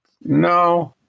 No